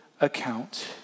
account